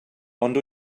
ond